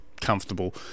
comfortable